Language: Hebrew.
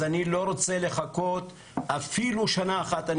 אני לא רוצה לחכות אפילו שנה אחת.